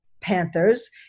Panthers